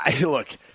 Look